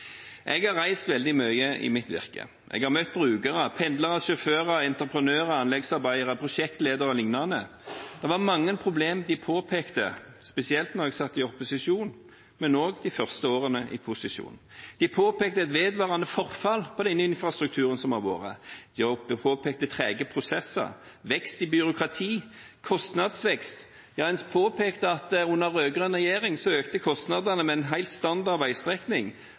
Jeg har reist veldig mye i mitt virke. Jeg har møtt brukere, pendlere, sjåfører, entreprenører, anleggsarbeidere, prosjektledere o.l. De påpekte mange problem, spesielt da jeg satt i opposisjon, men også de første årene i posisjon. De påpekte et vedvarende forfall i infrastrukturen, de påpekte trege prosesser, vekst i byråkrati og kostnadsvekst – ja, de påpekte at under den rød-grønne regjeringen økte kostnadene på en helt standard veistrekning